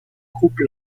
groupe